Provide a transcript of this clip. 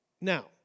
Now